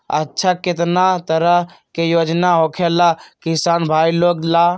अच्छा कितना तरह के योजना होखेला किसान भाई लोग ला?